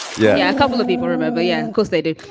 yeah, a couple of people remember. yeah. course they did.